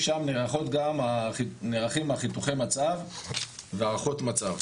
שם נערכים חיתוכי המצב והערכות המצב,